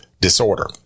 disorder